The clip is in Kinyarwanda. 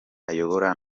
ayobora